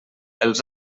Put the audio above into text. els